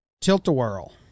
Tilt-A-Whirl